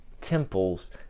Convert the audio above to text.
temples